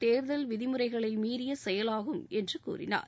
தேர்தல் விதிமுறைகளை மீறிய செயலாகும் என்று கூறினார்